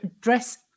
dress